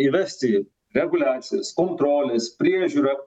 įvesti reguliacijos kontrolės priežiūrą